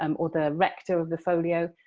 um or the recto of the folio,